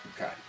Okay